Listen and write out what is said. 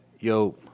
Yo